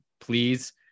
please